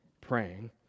praying